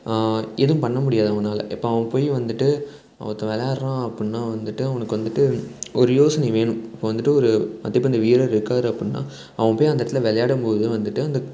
எதுவும் பண்ண முடியாது அவனால் இப்போ அவன் போய் வந்துட்டு ஒருத்தன் விளாட்றான் அப்புடின்னா வந்துட்டு அவனுக்கு வந்துட்டு ஒரு யோசனை வேணும் இப்போ வந்துட்டு ஒரு மட்டைப்பந்து வீரர் இருக்கார் அப்புடின்னா அவன் போய் அந்த இடத்துல விளையாடம்போது தான் வந்துட்டு அந்த